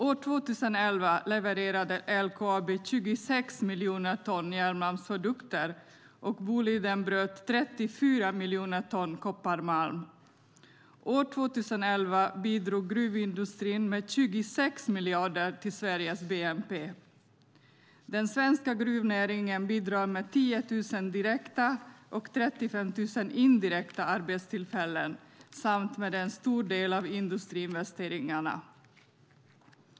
År 2011 levererade LKAB 26 miljoner ton järnmalmsprodukter, och Boliden bröt 34 miljoner ton kopparmalm. År 2011 bidrog gruvindustrin med 26 miljarder till Sveriges bnp. Den svenska gruvnäringen bidrar med 10 000 direkta och 35 000 indirekta arbetstillfällen samt med en stor del av industriinvesteringarna.